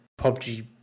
PUBG